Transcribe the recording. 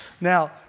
Now